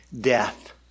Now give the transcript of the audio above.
death